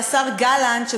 והשר גלנט,